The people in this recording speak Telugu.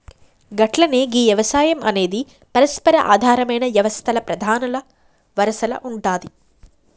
గట్లనే గీ యవసాయం అనేది పరస్పర ఆధారమైన యవస్తల్ల ప్రధానల వరసల ఉంటాది